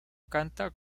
canta